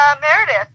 Meredith